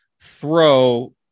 throw